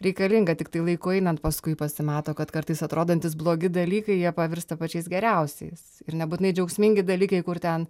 reikalinga tiktai laikui einant paskui pasimato kad kartais atrodantys blogi dalykai jie pavirsta pačiais geriausiais ir nebūtinai džiaugsmingi dalykai kur ten